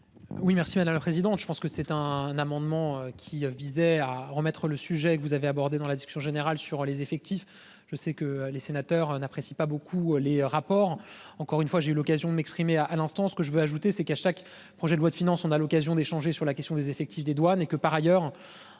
Oui merci maintenant le président. Je pense que c'est un amendement qui visait à remettre le sujet que vous avez abordé dans la discussion générale sur les effectifs. Je sais que les sénateurs n'apprécie pas beaucoup les rapports encore une fois j'ai eu l'occasion de m'exprimer à l'instant, ce que je veux ajouter c'est qu'à chaque projet de loi de finances, on a l'occasion d'échanger sur la question des effectifs des douanes et que par ailleurs,